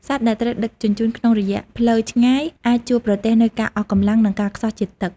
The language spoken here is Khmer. សត្វដែលត្រូវដឹកជញ្ជូនក្នុងរយៈផ្លូវឆ្ងាយអាចជួបប្រទះនូវការអស់កម្លាំង និងការខ្សោះជាតិទឹក។